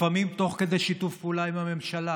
לפעמים תוך כדי שיתוף פעולה עם הממשלה,